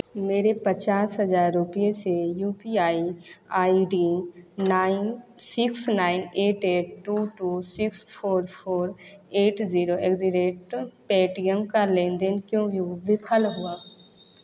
मेरे पचास हज़ार रुपये से U P I I D nine six nine eight eight two two six four four eight zero eight the rate Paytm का लेन देन क्यों विफल हुआ